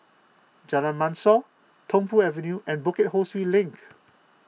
Jalan Mashor Tung Po Avenue and Bukit Ho Swee Link